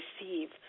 receive